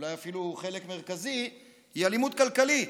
אולי אפילו חלק מרכזי, הוא אלימות כלכלית.